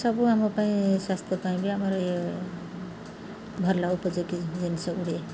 ସବୁ ଆମ ପାଇଁ ସ୍ୱାସ୍ଥ୍ୟ ପାଇଁ ବି ଆମର ଭଲ ଉପଯୋଗୀ ଜିନିଷ ଗୁଡ଼େ